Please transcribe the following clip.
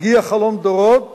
הגיע חלום דורות